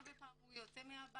הרבה פעמים הוא יוצא מהבית,